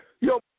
Yo